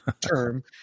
term